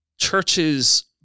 Churches